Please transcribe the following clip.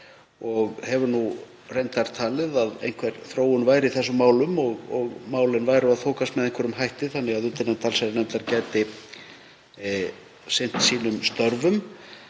og hefur nú reyndar talið að einhver þróun væri í þessum málum og málin væru að þokast með einhverjum hætti þannig að undirnefnd allsherjarnefndar gæti sinnt sínum störfum.